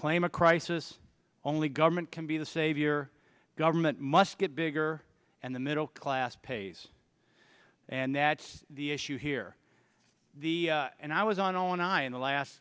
claim a crisis only government can be the savior government must get bigger and the middle class pays and that's the issue here and i was on on i in the last